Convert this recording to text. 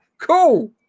cool